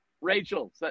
Rachel